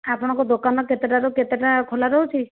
ଆପଣଙ୍କ ଦୋକାନ କେତେଟାରୁ କେତେଟା ଖୋଲା ରହୁଛି